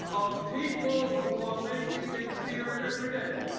of people who are making it clear every day.